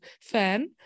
fan